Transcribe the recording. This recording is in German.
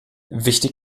wichtig